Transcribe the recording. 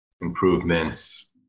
improvements